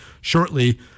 shortly